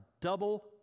double